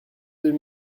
deux